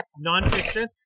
Non-fiction